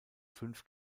fünf